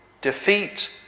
defeat